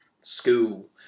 school